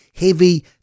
heavy